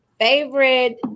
favorite